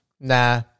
nah